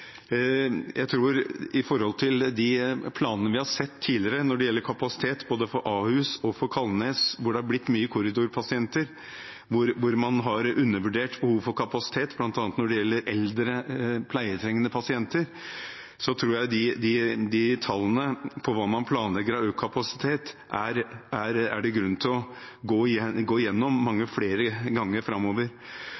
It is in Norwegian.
I forhold til de planene vi har sett tidligere når det gjelder kapasitet både for Ahus og for Kalnes, hvor det har blitt mye korridorpasienter, og hvor man har undervurdert behovet for kapasitet bl.a. når det gjelder eldre pleietrengende pasienter, tror jeg det er grunn til å gå gjennom tallene for hva man planlegger av økt kapasitet,